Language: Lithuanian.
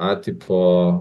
a tipo